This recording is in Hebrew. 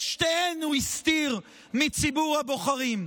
את שתיהן הוא הסתיר מציבור הבוחרים.